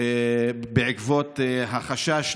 בעקבות החשש